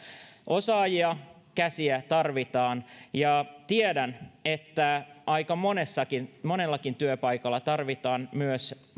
osaajia käsiä tarvitaan ja tiedän että aika monellakin monellakin työpaikalla tarvitaan myös